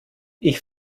ich